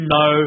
no